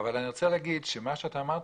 אני רוצה לומר שמה שאתה אמרת,